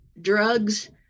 drugs